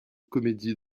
comédie